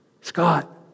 Scott